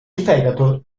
fegato